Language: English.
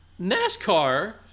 NASCAR